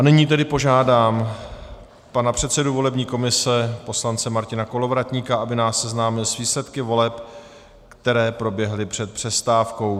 Nyní tedy požádám pana předsedu volební komise poslance Martina Kolovratníka, aby nás seznámil s výsledky voleb, které proběhly před přestávkou.